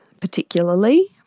particularly